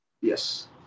Yes